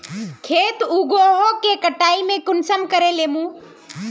खेत उगोहो के कटाई में कुंसम करे लेमु?